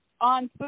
On